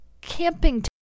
camping